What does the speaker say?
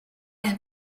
have